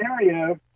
scenario